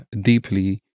deeply